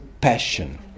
passion